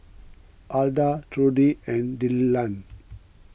Alda Trudi and Dillan